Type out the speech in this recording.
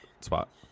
spot